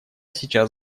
сейчас